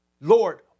Lord